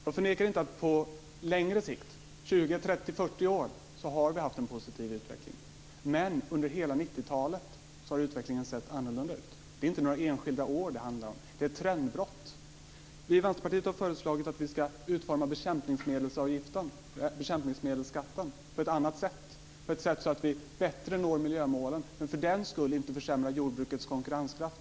Fru talman! Jag förnekar inte att det på längre sikt - 20, 30, 40 år - har varit en positiv utveckling. Men under hela 90-talet har utvecklingen sett annorlunda ut. Det är inte några enskilda år det handlar om, det är ett trendbrott. Vi i Vänsterpartiet har föreslagit att vi ska utforma bekämpningsmedelsskatten på ett annat sätt, på ett sätt som gör att vi bättre når miljömålen men för den skull inte försämrar jordbrukets konkurrenskraft.